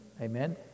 Amen